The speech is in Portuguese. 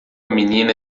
menina